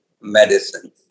medicine